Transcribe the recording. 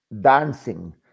dancing